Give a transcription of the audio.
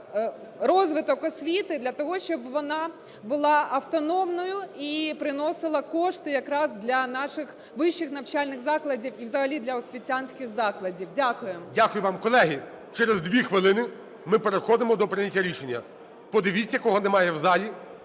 розвиток освіти для того, щоб вона була автономною і приносила кошти якраз для наших вищих навчальних закладів, і взагалі для освітянських закладів. Дякую. ГОЛОВУЮЧИЙ. Дякую вам. Колеги, через 2 хвилини ми переходимо до прийняття рішення. Подивіться, кого немає в залі,